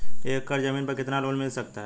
एक एकड़ जमीन पर कितना लोन मिल सकता है?